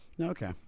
Okay